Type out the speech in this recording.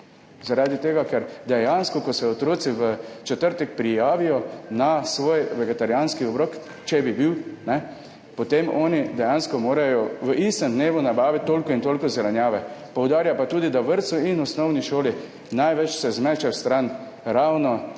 zaradi tega, ker dejansko, ko se otroci v četrtek prijavijo na svoj vegetarijanski obrok, če bi bil, potem oni dejansko morajo v istem dnevu nabaviti toliko in toliko zelenjave. Poudarja pa tudi, da se v vrtcu in osnovni šoli ravno vegetarijanskih zadev